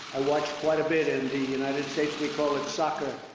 watched quite a bit in the united states. we call it soccer.